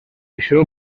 això